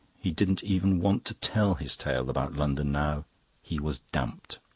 he didn't even want to tell his tale about london now he was damped.